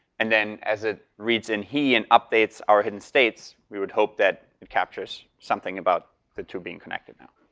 and then as it reads in he and updates our hidden states we would hope that it captures something about the two being connected now.